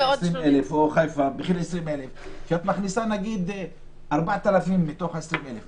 20,000 ואת מכניסה 4,000 מתוך ה-20,000.